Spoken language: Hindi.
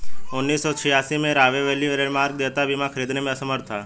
उन्नीस सौ छियासी में, राहवे वैली रेलमार्ग देयता बीमा खरीदने में असमर्थ था